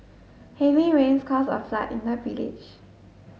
heavy rains caused a flood in the village